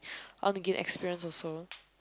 want to get the experience also